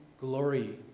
glory